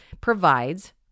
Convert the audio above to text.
provides